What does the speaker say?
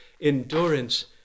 endurance